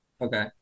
Okay